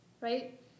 right